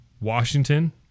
Washington